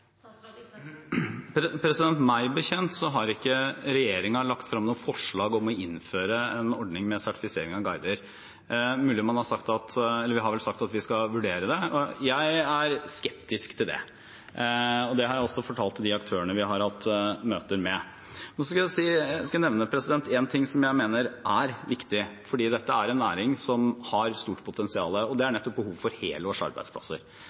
Meg bekjent har ikke regjeringen lagt fram noe forslag om å innføre en ordning med sertifisering av guider. Vi har vel sagt at vi skal vurdere det. Jeg er skeptisk til det, og det har jeg også fortalt til de aktørene vi har hatt møter med. Jeg skal nevne en ting jeg mener er viktig fordi dette er en næring som har stort potensial; det er behovet for